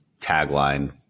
tagline